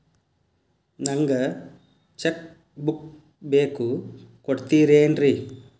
ನಂಗ cheque book ಬೇಕು ಕೊಡ್ತಿರೇನ್ರಿ?